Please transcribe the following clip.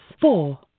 Four